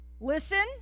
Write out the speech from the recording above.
Listen